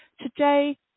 today